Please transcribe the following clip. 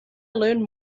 learn